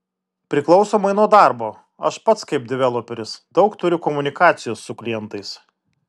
priklausomai nuo darbo aš pats kaip developeris daug turiu komunikacijos su klientais